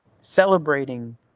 celebrating